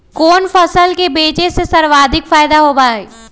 कोन फसल के बेचे से सर्वाधिक फायदा होबा हई?